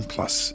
Plus